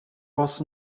was